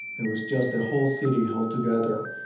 it was just a whole city held together.